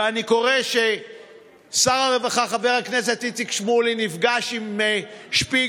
ואני קורא ששר הרווחה חבר הכנסת איציק שמולי נפגש עם שפיגלר,